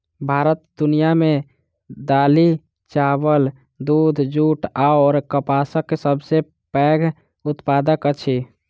भारत दुनिया मे दालि, चाबल, दूध, जूट अऔर कपासक सबसे पैघ उत्पादक अछि